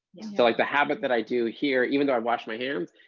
so like the habit that i do here, even though i wash my hands,